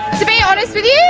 to be honest with you,